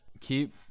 keep